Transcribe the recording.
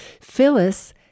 Phyllis